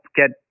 get